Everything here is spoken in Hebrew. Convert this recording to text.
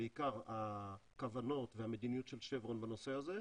בעיקר הכוונות והמדיניות של 'שברון' בנושא הזה.